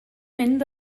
mynd